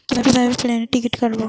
কিভাবে প্লেনের টিকিট কাটব?